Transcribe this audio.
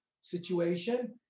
situation